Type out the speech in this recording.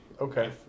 Okay